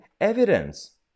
evidence